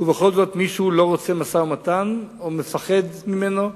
ובכל זאת, מישהו לא רוצה משא-ומתן או מפחד ממנו,